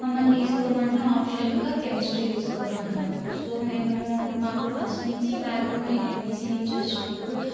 మమ్మల్ని తీసుకోమనడం ఆప్షన్గా కెమిస్ట్రీ తీసుకోమన్నారు సో మేము మాకు ఫస్ట్ నుంచి బ్యాక్గ్రౌండ్ నేను ఎమ్ఈసి నుంచి వచ్చినపుడు